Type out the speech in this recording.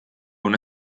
una